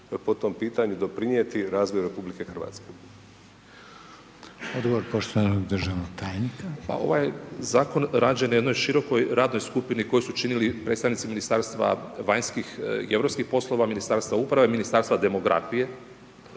po tom pitanju doprinijeti razvoju RH? **Reiner, Željko (HDZ)** Odgovor poštovanog državnog tajnika. **Katić, Žarko** Pa ovaj je zakon rađen na jednoj širokoj radnoj skupini koju su činili predstavnici Ministarstva vanjskih i europskih poslova, Ministarstva uprave, Ministarstva demografije,